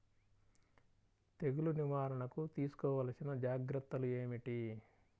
తెగులు నివారణకు తీసుకోవలసిన జాగ్రత్తలు ఏమిటీ?